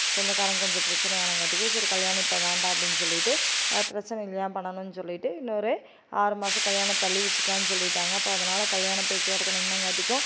சொந்தக்காரங்க கொஞ்சம் பிரச்சனை ஆனங்காட்டிக்கும் சரி கல்யாணம் இப்போ வேண்டாம் அப்படின்னு சொல்லிவிட்டு பிரச்சனையில் ஏன் பண்ணணும் சொல்லிவிட்டு இன்னும் ஒரு ஆறு மாதம் கல்யாணம் தள்ளி வச்சுக்கலானு சொல்லிவிட்டாங்க அப்போ அதனால் கல்யாணம் பேச்சு வார்த்தை நின்றுங்காட்டிக்கு